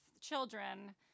children